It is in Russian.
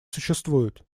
существует